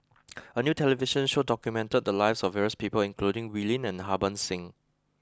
a new television show documented the lives of various people including Wee Lin and Harbans Singh